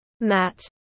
Matt